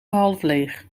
halfleeg